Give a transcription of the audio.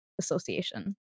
association